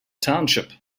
township